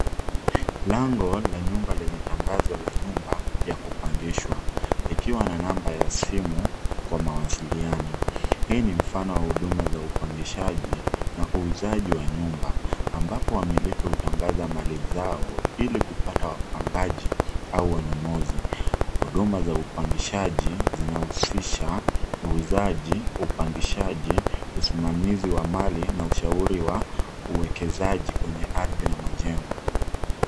Lango la nyumba lenye tangazo la nyumba ya kupangishwa likiwa na namba ya simu kwa mawasiliano. Hii ni mfano wa huduma za upangishaji na uuzaji wa nyumba ambapo wamiliki hutangaza mali zao ili kupata wapangaji au wanunuzi. Huduma za upangishaji zinahusisha uuzaji, upangishaji, usimamizi wa mali na ushauri wa uwekezaji kwenye ardhi na majengo.